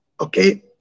okay